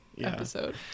episode